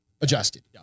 adjusted